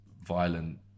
violent